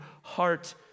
heart